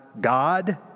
God